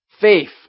Faith